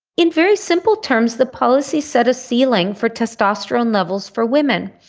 in very simple terms the policy set a ceiling for testosterone levels for women.